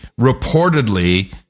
reportedly